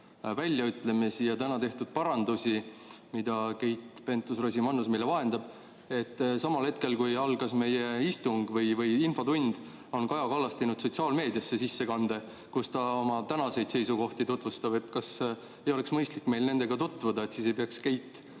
väljaütlemisi ja täna tehtud parandusi, mida Keit Pentus-Rosimannus meile vahendab, samal hetkel, kui algas meie infotund, on Kaja Kallas teinud sotsiaalmeediasse sissekande, kus ta oma tänaseid seisukohti tutvustab. Kas ei oleks mõistlik meil nendega tutvuda? Siis ei peaks Keit